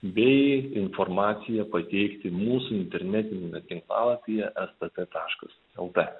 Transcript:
bei informacija pateikti mūsų internetiniame tinklalapyje stt taškas lt